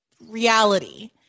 reality